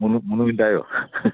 മൂന്ന് മൂന്ന് മിനിറ്റ് ആയോ